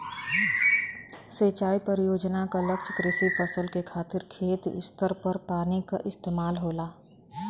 सिंचाई परियोजना क लक्ष्य कृषि फसल के खातिर खेत स्तर पर पानी क इस्तेमाल होला